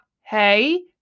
Hey